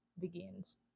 begins